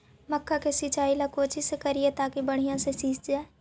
मक्का के सिंचाई ला कोची से करिए ताकी बढ़िया से सींच जाय?